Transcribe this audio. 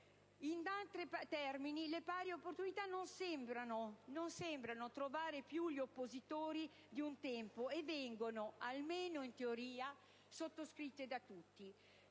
In altri termini, le pari opportunità non sembrano trovare più gli oppositori di un tempo e vengono, almeno in teoria, sottoscritte da tutti.